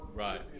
Right